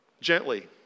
gently